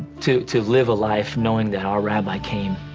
to to live a life knowing that our rabbi came,